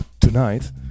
tonight